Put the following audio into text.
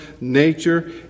nature